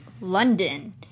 London